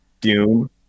Doom